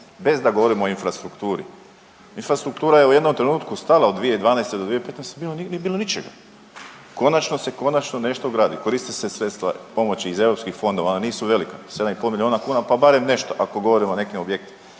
bez da govorimo o infrastrukturi. Infrastruktura je u jednom trenutku stala u 20212.-2015. nije bilo ničega, konačno se konačno nešto gradi, koriste se sredstva pomoći iz europskih fondova, ona nisu velika 7,5 milijuna kuna pa barem nešto ako govorimo o nekim objektima,